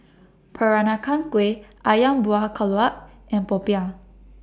Peranakan Kueh Ayam Buah Keluak and Popiah